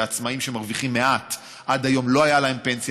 לעצמאים שמרוויחים מעט עד היום לא הייתה פנסיה,